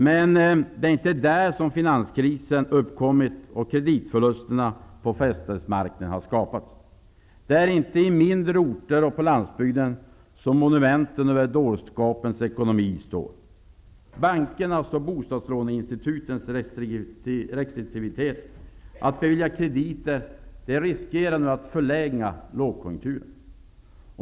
Men det är inte där som finanskrisen uppkommit och kreditförlusterna på fastighetsmarknaden har skapats. Det är inte i mindre orter och på landsbygden som monumenten över ''dårskapens ekonomi'' står. Bankernas och bostadslåneinstitutens restriktivitet att bevilja krediter riskerar nu att förlänga lågkonjunkturen.